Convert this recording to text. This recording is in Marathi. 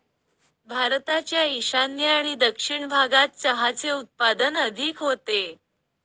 भारताच्या ईशान्य आणि दक्षिण भागात चहाचे उत्पादन अधिक होते